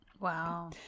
wow